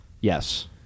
Yes